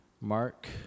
Mark